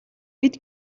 бид